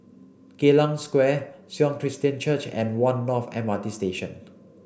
Geylang Square Sion Christian Church and One North M R T Station